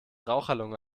raucherlunge